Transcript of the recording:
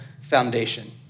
foundation